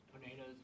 Tornadoes